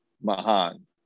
mahan